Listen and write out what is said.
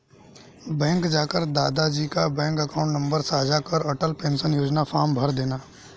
bank जाकर दादा जी का बैंक अकाउंट नंबर साझा कर अटल पेंशन योजना फॉर्म भरदेना